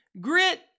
grit